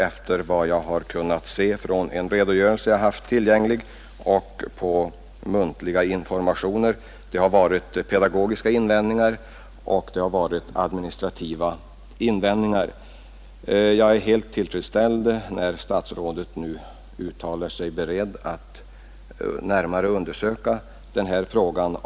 Enligt vad jag kunnat finna av en redogörelse som jag haft tillgänglig och av muntliga informationer har de invändningar som arbetsmarknadsstyrelsen gjort gällt pedagogiska och administrativa angelägenheter. Jag är helt tillfredsställd, när statsrådet nu förklarar sig beredd att närmare undersöka det här fallet.